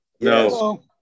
No